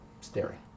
staring